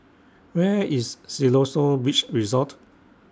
Where IS Siloso Beach Resort